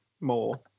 more